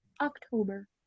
October